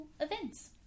events